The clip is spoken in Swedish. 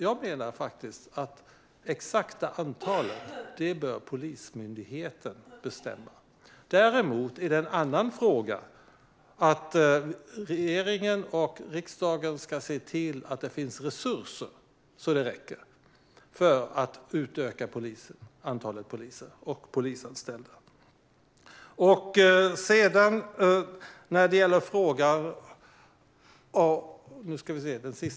Jag menar att Polismyndigheten bör bestämma det exakta antalet. Att regeringen och riksdagen ska se till att det finns resurser så att det räcker för att utöka antalet poliser och polisanställda är en helt annan fråga.